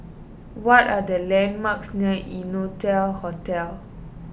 what are the landmarks near Innotel Hotel